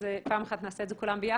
אז פעם אחת נעשה את זה כולם ביחד.